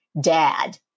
dad